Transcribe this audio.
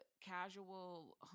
casual